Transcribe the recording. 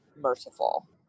merciful